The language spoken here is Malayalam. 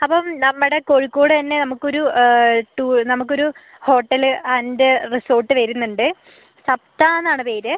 അപ്പം നമ്മുടെ കോഴിക്കോട് തന്നെ നമ്മുക്ക് ഒരു നമ്മുക്ക് ഒരു ഹോട്ടല് ആൻഡ് റിസോർട്ട് വരുന്നുണ്ട് സപ്താന്ന് ആണ് പേര്